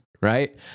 right